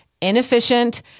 inefficient